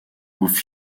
gouffre